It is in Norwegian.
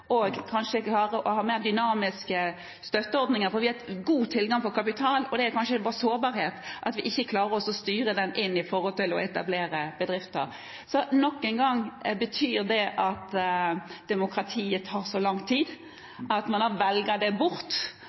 og kanskje klare å ha mer dynamiske støtteordninger, for vi har god tilgang på kapital. Det er kanskje en sårbarhet at vi ikke klarer å styre den inn mot å etablere bedrifter. Jeg spør nok en gang: Betyr det at demokratiet tar så lang tid at man velger det bort